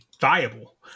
viable